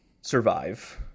Survive